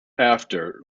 after